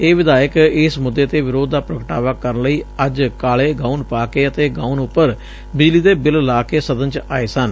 ਇਹ ਵਿਧਾਇਕ ਇਸ ਮੁੱਦੇ ਤੇ ਵਿਰੋਧ ਦਾ ਪ੍ਰਗਟਾਵਾ ਕਰਨ ਲਈ ਅੱਜ ਕਾਲੇ ਗਾਉਨ ਪਾ ਕੇ ਅਤੇ ਗਾਊਨ ਉਪਰ ਬਿਜਲੀ ਦੇ ਬਿਲ ਲਾ ਕੇ ਸਦਨ ਚ ਆਏ ਸਨ